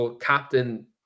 Captain